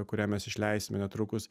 kurią mes išleisime netrukus